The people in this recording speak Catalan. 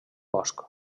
bosc